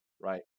Right